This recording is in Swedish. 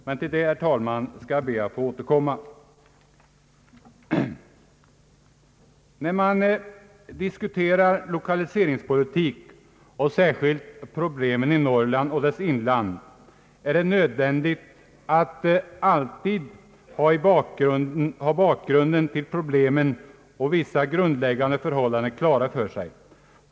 Men till det, herr talman, skall jag be att få återkomma. När man diskuterar lokaliseringspolitik och särskilt problemen i Norrland och dess inland är det nödvändigt att alltid ha bakgrunden till problemen och vissa grundläggande förhållanden klara för sig.